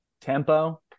tempo